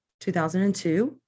2002